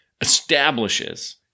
establishes